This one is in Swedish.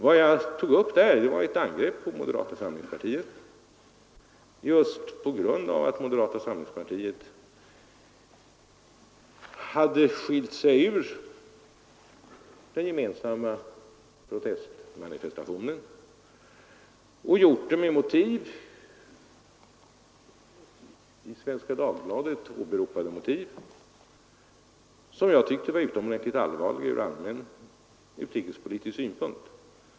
Vad jag tog upp där var ett angrepp på moderata samlingspartiet just på grund av att moderata samlingspartiet hade skilt sig ur den gemensamma protestdemonstrationen och gjort det med i Svenska Dagbladet åberopade motiv som jag tyckte var utomordentligt allvarliga ur allmän utrikespolitisk synpunkt.